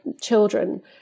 children